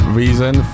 reason